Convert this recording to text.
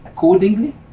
accordingly